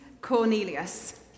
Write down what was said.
Cornelius